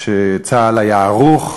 שצה"ל היה ערוך.